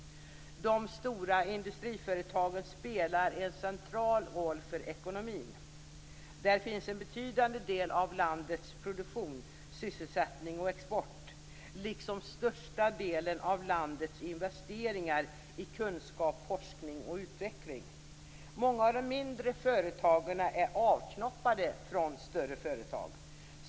De stora industriföretagen spelar en central roll för ekonomin. Där finns en betydande del av landets produktion, sysselsättning och export liksom största delen av landets investeringar i kunskap, forskning och utveckling. Många av de mindre företagen är avknoppade från större företag.